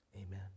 Amen